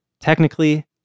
Technically